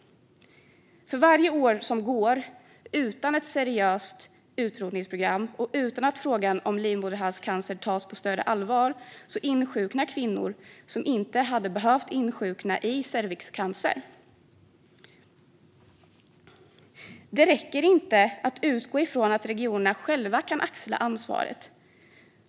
För varje år som går utan ett seriöst utrotningsprogram och utan att frågan om livmoderhalscancer tas på större allvar insjuknar kvinnor i cervixcancer som inte hade behövt insjukna. Det räcker inte att utgå ifrån att regionerna själva kan axla ansvaret.